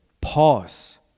pause